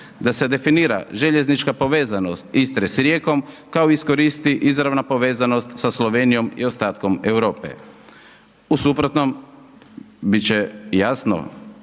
da se definira željeznička povezanost Istre s Rijekom kao i iskoristi izravna povezanost sa Slovenijom i ostatkom Europe. U suprotnom, biti će jasno,